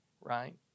right